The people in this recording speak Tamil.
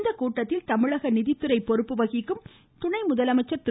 இக்கூட்டத்தில் தமிழக நிதித்துறை பொறுப்பு வகிக்கும் துணை முதலமைச்சர் திரு